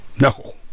No